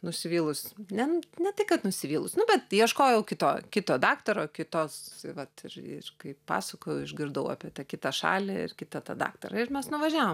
nusivylus ne ne tai kad nusivylus nu bet ieškojau kito kito daktaro kitos vat ir ir kaip pasakojau išgirdau apie tą kitą šalį ir kitą tą daktarą ir mes nuvažiavom